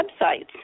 websites